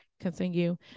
continue